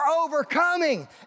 overcoming